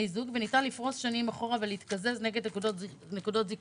זוג וניתן לפרוס שנים אחורה ולהתקזז נגד נקודות זיכוי.